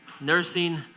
nursing